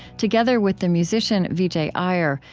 together with the musician vijay iyer,